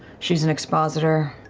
she's an expositor.